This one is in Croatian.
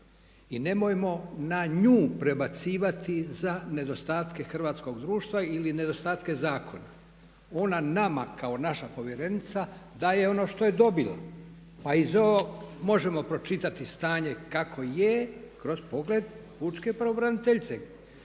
I nemojmo na nju prebacivati za nedostatke hrvatskog društva ili nedostatke zakona. Ona nama kao naša povjerenica daje ono što je dobila. Pa iz ovog možemo pročitati stanje kako je kroz pogled pučke pravobraniteljice.